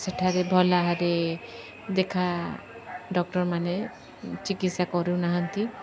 ସେଠାରେ ଭଲାହାରୀ ଦେଖା ଡକ୍ଟର୍ ମାନେ ଚିକିତ୍ସା କରୁନାହାନ୍ତି